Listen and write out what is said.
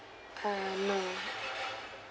err no